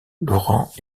laurent